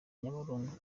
nyabarongo